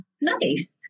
Nice